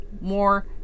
more